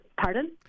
Pardon